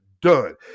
done